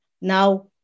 Now